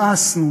מאסנו,